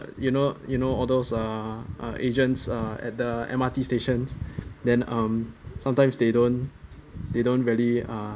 you know you know all those uh agents uh at the M_R_T stations then um sometimes they don't they don't really uh